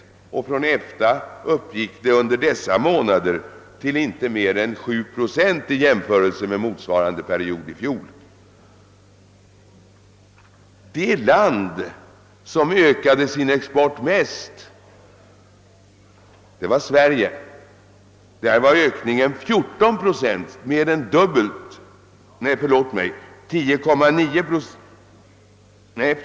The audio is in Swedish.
Ökningen av exporten från EFTA-länderna uppgick som sagt under dessa månader till 7 procent jämfört med motsvarande period i fjol. Det land som ökade sin export mest var Sverige. Här var ökningen 14 procent, dd.